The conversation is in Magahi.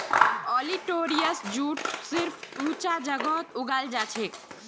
ओलिटोरियस जूट सिर्फ ऊंचा जगहत उगाल जाछेक